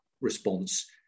response